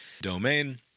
domain